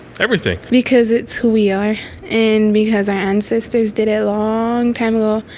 everything. because it's who we are and because our ancestors did it long time ago,